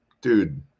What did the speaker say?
Dude